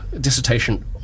dissertation